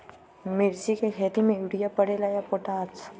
मिर्ची के खेती में यूरिया परेला या पोटाश?